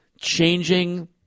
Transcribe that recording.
changing